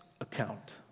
account